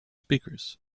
speakers